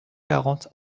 quarante